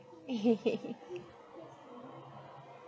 eh